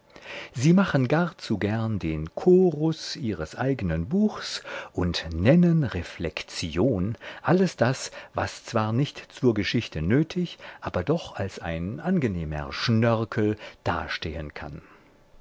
sie machen gar zu gern den chorus ihres eignen buchs und nennen reflektion alles das was zwar nicht zur geschichte nötig aber doch als ein angenehmer schnörkel dastehen kann